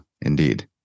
indeed